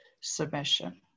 submission